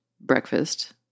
breakfast